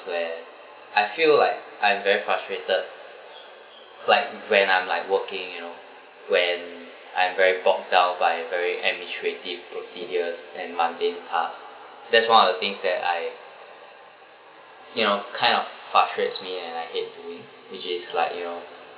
where I feel like I'm very frustrated like when I'm like working you know when I'm very bogged down by very administrative procedures and mundane are that's one of the things that I you know kind of frustrates me and I hate doing which is like you know